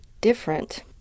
different